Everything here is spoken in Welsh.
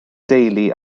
deulu